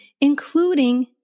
including